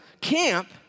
camp